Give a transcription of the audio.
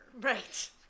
right